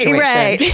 right!